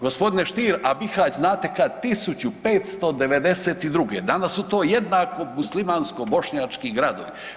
Gospodine Stier, a Bihać znate kad, 1592., danas su to jednako muslimansko bošnjački gradovi.